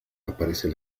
aparece